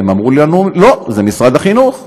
הם אמרו לנו: לא, זה משרד החינוך.